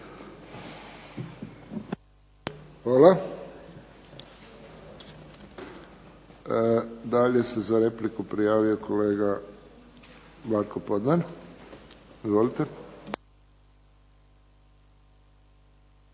Hvala. Dalje se za repliku prijavio kolega Vlatko Podnar. Izvolite.